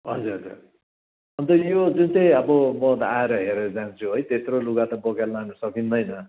हजुर हजुर अन्त यो जुन चाहिँ अब म त आएर हेरेर जान्छु है त्यत्रो लुगा त बोकेर लानु सकिँदैन